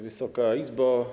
Wysoka Izbo!